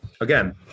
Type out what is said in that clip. again